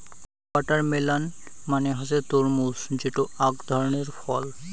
watermelon মানে হসে তরমুজ যেটো আক ধরণের ফল